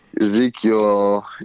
Ezekiel